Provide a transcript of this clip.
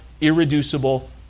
irreducible